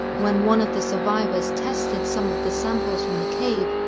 when one of the survivors tested some of the samples from the cave,